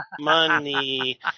Money